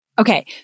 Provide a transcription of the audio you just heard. Okay